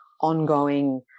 ongoing